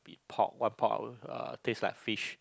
pork one part would uh taste like fish